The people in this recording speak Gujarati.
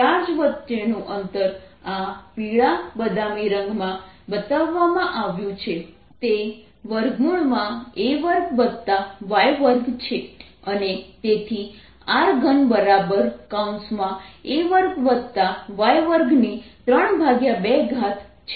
ચાર્જ વચ્ચેનું અંતર આ પીળા બદામી રંગમાં બતાવવામાં આવ્યું છે તે a2y212 છે અને તેથી r3a2y232 છે